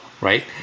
right